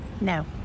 No